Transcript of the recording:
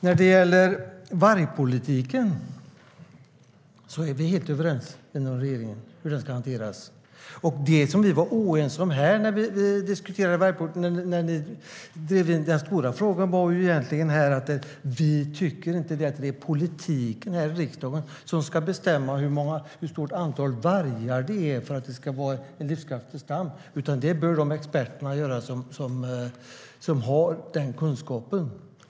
När det gäller vargpolitiken är vi helt överens inom regeringen om hur den ska hanteras. Den stora frågan var egentligen att vi inte tycker att det är politikerna i riksdagen som ska bestämma hur stort antal vargar det ska finnas för att det ska vara en livskraftig stam, utan det bör de experter som har den kunskapen göra.